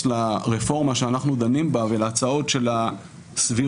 לרפורמה שאנחנו דנים בה ולהצעות של הסבירות,